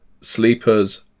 sleepers